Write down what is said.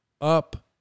up